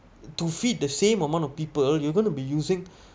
to feed the same amount of people you gonna be using